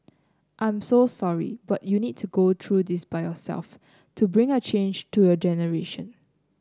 I'm so sorry but you need to go through this by yourself to bring a change to your generation